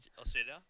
Australia